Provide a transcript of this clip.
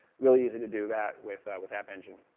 really easy to do that with that with app engine.